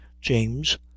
James